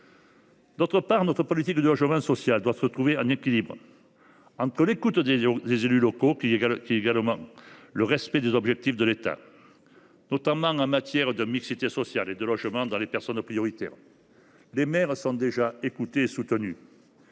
Ensuite, notre politique de logement social doit être le fruit d’un équilibre entre écoute des élus locaux et respect des objectifs de l’État, notamment en matière de mixité sociale et de logement des personnes prioritaires. Les maires sont déjà écoutés et soutenus.